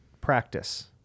practice